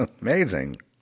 amazing